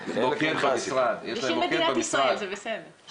זה של מדינת ישראל, זה בסדר.